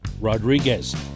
Rodriguez